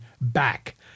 back